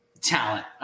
talent